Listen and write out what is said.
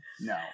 No